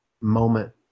moment